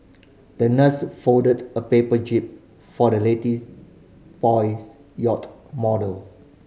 the nurse folded a paper jib for the latest boy's yacht model